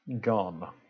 Gone